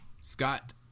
Scott